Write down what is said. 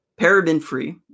paraben-free